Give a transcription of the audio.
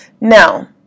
Now